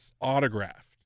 autographed